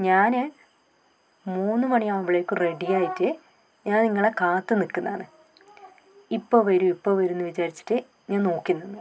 ഞാൻ മൂന്നു മണിയാകുമ്പോഴേക്കും റെഡിയായിട്ട് ഞാൻ നിങ്ങളെ കാത്തു നിൽക്കുന്നതാണ് ഇപ്പോൾ വരും ഇപ്പോൾ വരും എന്ന് വിചാരിച്ചിട്ട് ഞാൻ നോക്കി നിന്നു